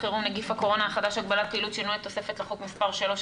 חירום (נגיף הקורונה החדש הגבלת פעילות) (שינוי התוספת לחוק) (מס' 3),